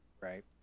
right